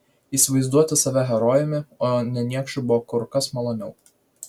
įsivaizduoti save herojumi o ne niekšu buvo kur kas maloniau